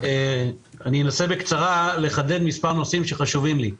אנסה בקצרה לחדד מספר נושאים שחשובים לי.